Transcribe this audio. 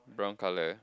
brown color